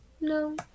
No